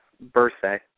birthday